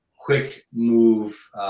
quick-move